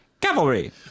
Cavalry